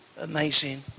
amazing